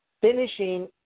finishing